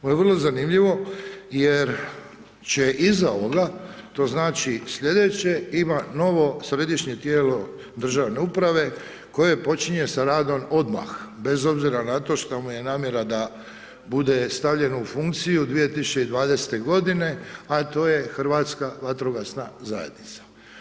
Ovo je vrlo zanimljivo, jer će iza ovoga, to znači sljedeće, ima novo središnje tijelo državne uprave, koje počinje sa radom od odmah, bez obzira na to šta mu je namjera da bude stavljeno u funkciju 2020. godine, a to je Hrvatska vatrogasna zajednica.